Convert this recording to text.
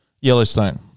Yellowstone